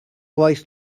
gwaith